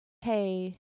hey